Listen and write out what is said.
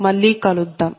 మళ్ళీ కలుద్దాం